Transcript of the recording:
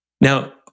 Now